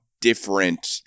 different